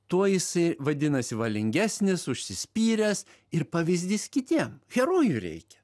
tuo jisai vadinasi valingesnis užsispyręs ir pavyzdys kitiem herojų reikia